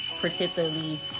particularly